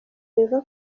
riva